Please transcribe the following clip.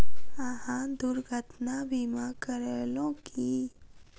अहाँ दुर्घटना बीमा करेलौं की?